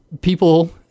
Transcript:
people